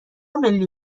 ملی